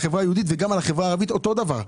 צריך להסתכל על החברה היהודית ועל החברה הערבית אותו דבר.